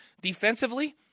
Defensively